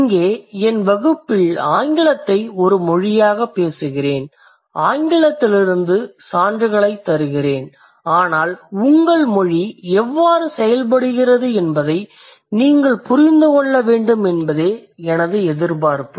இங்கே என் வகுப்பில் ஆங்கிலத்தை ஒரு மொழியாகப் பேசுகிறேன் ஆங்கிலத்திலிருந்து சான்றுகளைத் தருகிறேன் ஆனால் உங்கள் மொழி எவ்வாறு செயல்படுகிறது என்பதை நீங்கள் புரிந்து கொள்ள வேண்டும் என்பதே எனது எதிர்பார்ப்பு